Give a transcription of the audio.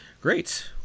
Great